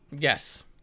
yes